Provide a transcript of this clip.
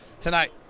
tonight